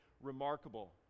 remarkable